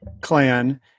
clan